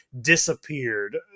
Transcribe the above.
disappeared